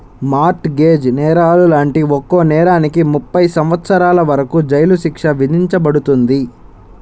mart gauge నేరాలు లాంటి ఒక్కో నేరానికి ముప్పై సంవత్సరాల వరకు జైలు శిక్ష విధించబడుతుంది